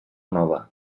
nova